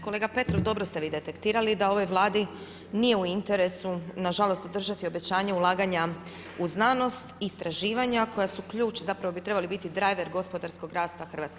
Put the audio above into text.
Kolega Petrov, dobro ste vi detektirali da ovoj Vladi nije u interesu na žalost održati obećanje ulaganja u znanost, istraživanja koja su ključ, zapravo bi trebali biti driver gospodarskog rasta Hrvatske.